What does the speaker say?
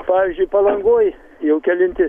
pavyzdžiui palangoj jau kelinti